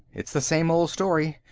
it's the same old story,